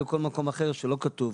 בכל מקום אחר שלא כתוב.